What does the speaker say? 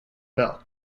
bill